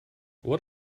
what